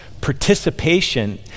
Participation